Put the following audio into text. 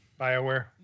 Bioware